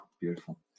Beautiful